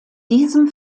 diesem